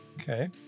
Okay